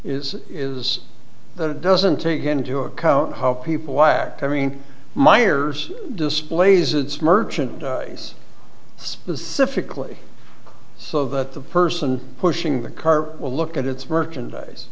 is is that it doesn't take into account how people act i mean myers displays it's merchant he's specifically so of the person pushing the car a look at its merchandise